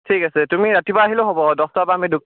ঠিক আছে তুমি ৰাতিপুৱা আহিলেও হ'ব দহটাৰ পৰা আমি দোক্